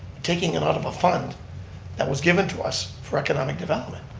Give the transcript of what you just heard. taking it out of a fund that was given to us for economic development,